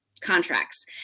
contracts